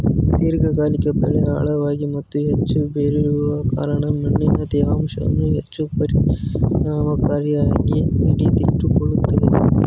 ದೀರ್ಘಕಾಲಿಕ ಬೆಳೆ ಆಳವಾಗಿ ಮತ್ತು ಹೆಚ್ಚು ಬೇರೂರುವ ಕಾರಣ ಮಣ್ಣಿನ ತೇವಾಂಶವನ್ನು ಹೆಚ್ಚು ಪರಿಣಾಮಕಾರಿಯಾಗಿ ಹಿಡಿದಿಟ್ಟುಕೊಳ್ತವೆ